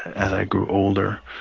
as i grew older.